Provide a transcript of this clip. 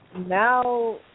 now